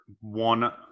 one